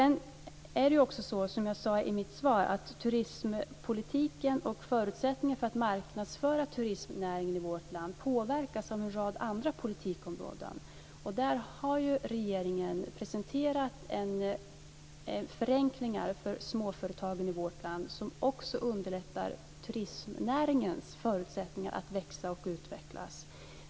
Som jag sade i mitt svar påverkas turistpolitiken och förutsättningarna att marknadsföra turistnäringen i vårt land av en rad andra politikområden. Där har regeringen presenterat förenklingar för småföretagen i vårt land som också underlättar för turistnäringen och ger den förutsättningar att växa och utvecklas.